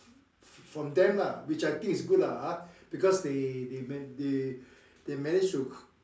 from them lah which I think is good lah ha because they they man~ they manage to